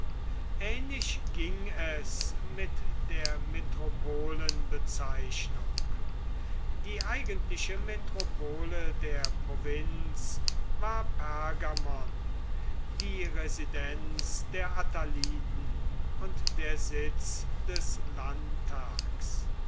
ähnlich ging es mit der metropolenbezeichnung die eigentliche metropole der provinz war pergamon die residenz der attaliden und der sitz des